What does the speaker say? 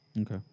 Okay